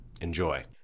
Enjoy